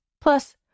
Plus